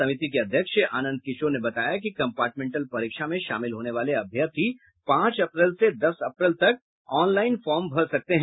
समिति के अध्यक्ष आनंद किशोर ने बताया कि कंपार्टमेंटल परीक्षा में शामिल होने वाले अभ्यर्थी पांच अप्रैल से दस अप्रैल तक ऑनलाईन फार्म भर सकते हैं